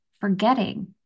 forgetting